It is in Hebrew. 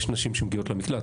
יש נשים שמגיעות למקלט.